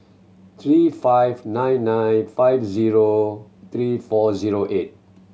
three five nine nine five zero three four zero eight